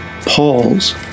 Paul's